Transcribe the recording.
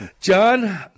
John